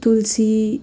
तुलसी